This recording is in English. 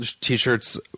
t-shirts